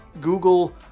Google